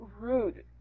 rude